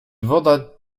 woda